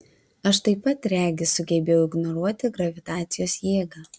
aš taip pat regis sugebėjau ignoruoti gravitacijos jėgą